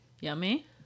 Yummy